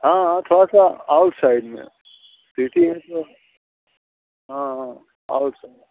हाँ हाँ थोड़ा सा आउटसाइड में है सिटी है तो हाँ हाँ आउटसाइड